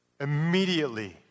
immediately